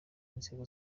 inzego